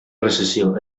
recessió